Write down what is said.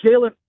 Jalen